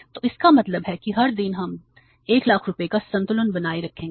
तो इसका मतलब है कि हर दिन हम 100000 रुपये का संतुलन बनाए रखेंगे